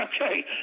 Okay